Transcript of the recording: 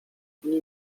dni